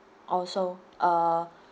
oh so uh